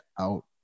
out